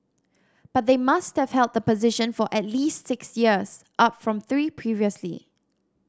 but they must have held the position for at least six years up from three previously